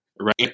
right